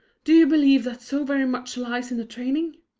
do you believe that so very much lies in the training?